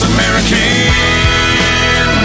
American